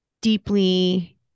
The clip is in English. deeply